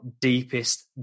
deepest